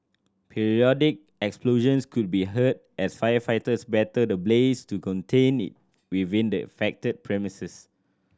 periodic explosions could be heard as firefighters battle the blaze to contain it within the affected premises